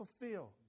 fulfill